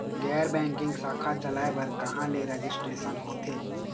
गैर बैंकिंग शाखा चलाए बर कहां ले रजिस्ट्रेशन होथे?